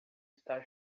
está